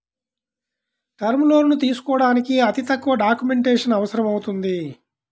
term లోన్లు తీసుకోడానికి అతి తక్కువ డాక్యుమెంటేషన్ అవసరమవుతుంది